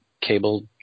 cable